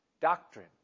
doctrine